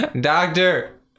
doctor